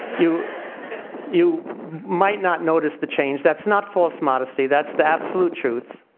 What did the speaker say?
you you might not notice the change. that's not false modesty, that's the absolute truth.